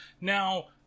Now